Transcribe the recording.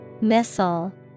Missile